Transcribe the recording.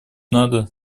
надо